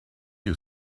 you